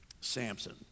Samson